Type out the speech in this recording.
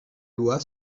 loi